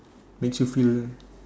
makes you feel